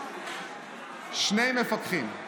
שני מפקחים.